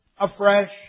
afresh